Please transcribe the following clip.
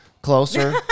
Closer